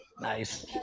Nice